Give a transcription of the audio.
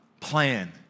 plan